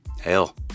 Hell